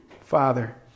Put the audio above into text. Father